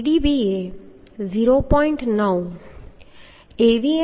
Tdb એ 0